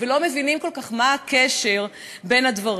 ולא מבינים כל כך מה הקשר בין הדברים,